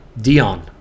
Dion